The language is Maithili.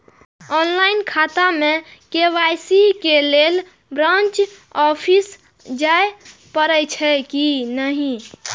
ऑनलाईन खाता में के.वाई.सी के लेल ब्रांच ऑफिस जाय परेछै कि नहिं?